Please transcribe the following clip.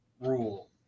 rule